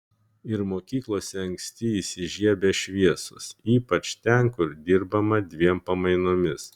ir mokyklose anksti įsižiebia šviesos ypač ten kur dirbama dviem pamainomis